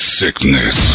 sickness